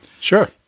Sure